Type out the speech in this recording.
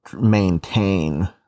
maintain